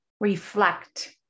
reflect